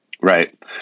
Right